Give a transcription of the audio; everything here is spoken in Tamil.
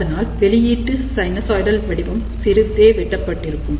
அதனால் வெளியீட்டு சைனூஸ்சாய்டல் வடிவம் சிறிதே வெட்டப்பட்டிருக்கும்